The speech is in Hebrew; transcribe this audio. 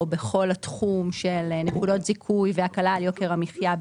או בכל התחום של נקודות זיכוי של נקודות זיכוי והקלה על יוקר המחיה,